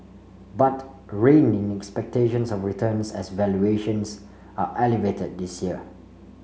but rein in expectations of returns as valuations are elevated this year